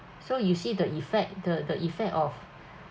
so you see the effect the the effect of